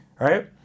right